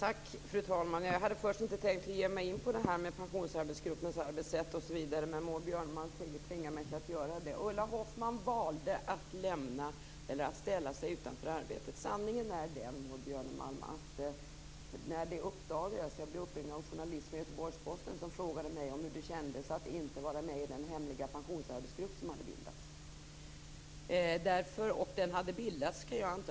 Fru talman! Jag hade först inte tänkt ge mig in på det här med pensionsarbetsgruppens arbetssätt osv. men Maud Björnemalm tvingar mig att göra det när hon säger: Ulla Hoffmann valde att ställa sig utanför arbetet. Sanningen är den, Maud Björnemalm, att när det här uppdagades blev jag uppringd av en journalist på Göteborgsposten som frågade mig hur det kändes att inte vara med i den hemliga pensionsarbetsgrupp som hade bildats.